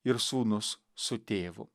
ir sūnus su tėvu